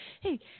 Hey